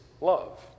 love